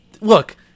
look